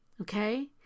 Okay